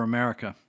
America